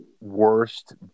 worst